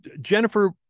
Jennifer